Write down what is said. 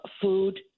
food